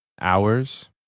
hours